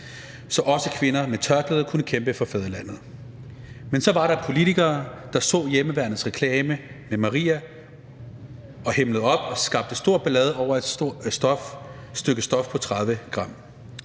så også kvinder med tørklæde kunne kæmpe for fædrelandet. Men så var der politikere, der så hjemmeværnets reklame med Maria og himlede op og skabte stor ballade over et stykke stof på 30 g.